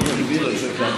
אנחנו רוצים בחירות.